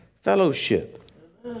Fellowship